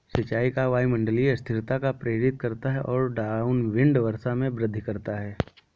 सिंचाई का वायुमंडलीय अस्थिरता को प्रेरित करता है और डाउनविंड वर्षा में वृद्धि करता है